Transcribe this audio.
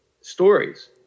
stories